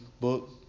book